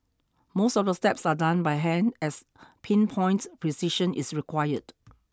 most of the steps are done by hand as pin point precision is required